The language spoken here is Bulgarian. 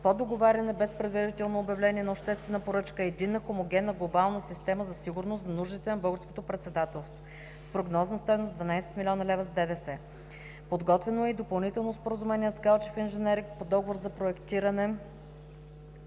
по договаряне без предварително обявление на обществена поръчка и единна хомогенна глобална система за сигурност за нуждите на Българското председателство с прогнозна стойност 12 млн. лв. с ДДС. Подготвено е и допълнително споразумение с „Галчев нженеринг“ по Договор за проектиране